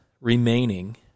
remaining